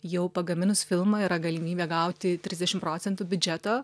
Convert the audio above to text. jau pagaminus filmą yra galimybė gauti trisdešim procentų biudžeto